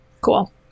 Cool